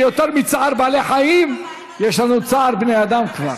יותר מצער בעלי חיים יש לנו כבר צער בני אדם.